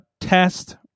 Test